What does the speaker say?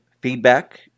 feedback